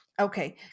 Okay